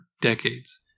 decades